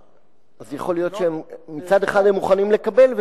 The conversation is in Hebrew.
אז יכול להיות שמצד אחד הם מוכנים לקבל,